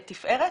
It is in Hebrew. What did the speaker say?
ותפארת.